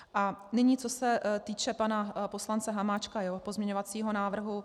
A nyní, co se týče pana poslance Hamáčka a jeho pozměňovacího návrhu.